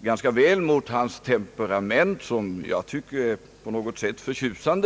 ganska väl mot hans temperament som jag tycker är på något sätt förtjusande.